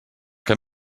que